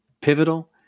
pivotal